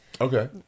Okay